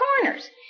corners